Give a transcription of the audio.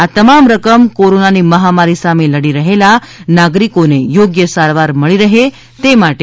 આ તમામ રકમ કોરોનાની મહામારી સામે લડી રહેલા નાગરિકોને યોગ્ય સારવાર મળી રહે તે માટે વપરાશે